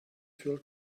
fuel